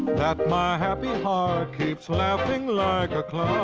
that my happy heart keeps laughin' like a clown.